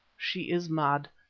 she is mad,